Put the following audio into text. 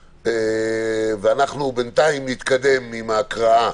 ואנחנו בינתיים נתקדם עם ההקראה